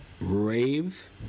rave